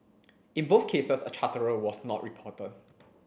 in both cases a charterer was not reporter